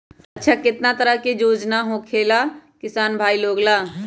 अच्छा कितना तरह के योजना होखेला किसान भाई लोग ला?